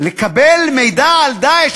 לקבל מידע על "דאעש",